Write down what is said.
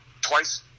twice